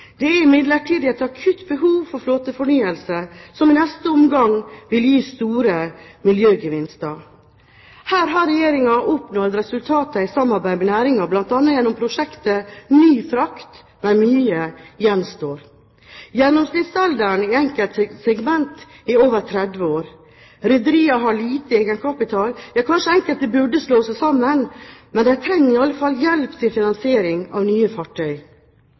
Det er imidlertid et akutt behov for flåtefornyelse, som i neste omgang vil gi store miljøgevinster. Her har Regjeringen oppnådd resultater i samarbeid med næringen, bl.a. gjennom prosjektet NyFrakt. Men mye gjenstår. Gjennomsnittsalderen i enkelte segment er over 30 år. Rederiene har lite egenkapital, ja kanskje enkelte burde slå seg sammen. Men de trenger i alle fall hjelp til finansiering av nye fartøy.